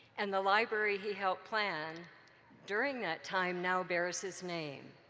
and the library he helped plan during that time now bears his name.